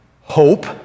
hope